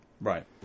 Right